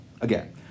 Again